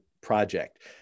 project